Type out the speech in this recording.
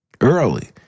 Early